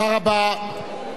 נא לשבת, רבותי.